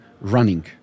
running